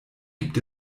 gibt